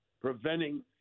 preventing